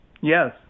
Yes